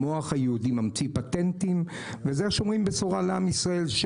המוח היהודי ממציא פטנטים וזה בשורה לעם ישראל.